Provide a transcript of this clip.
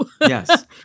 Yes